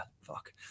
fuck